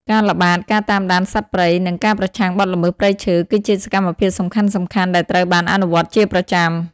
ការល្បាត ការតាមដានសត្វព្រៃ និងការប្រឆាំងបទល្មើសព្រៃឈើ គឺជាសកម្មភាពសំខាន់ៗដែលត្រូវបានអនុវត្តជាប្រចាំ។